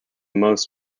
most